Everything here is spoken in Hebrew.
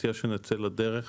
מציע שנצא לדרך.